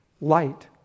light